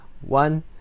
One